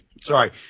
Sorry